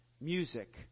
music